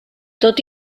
tot